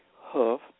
Huff